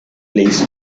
place